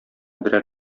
берәр